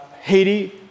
Haiti